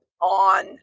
on